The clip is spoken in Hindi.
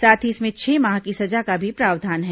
साथ ही इसमें छह माह की सजा का भी प्रावधान है